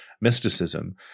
mysticism